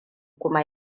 kuma